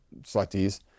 selectees